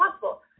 possible